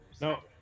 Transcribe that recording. No